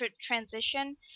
transition